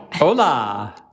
Hola